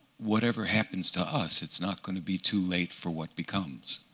whatever happens to us, it's not going to be too late for what becomes.